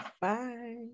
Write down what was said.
Bye